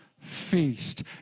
feast